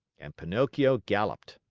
and pinocchio galloped.